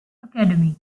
academy